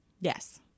Yes